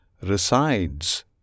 resides